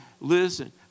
Listen